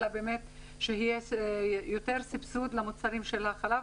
אלא שיהיה יותר סבסוד למוצרי החלב,